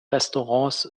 restaurants